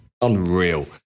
unreal